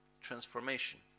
transformation